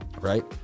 right